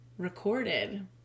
recorded